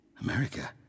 America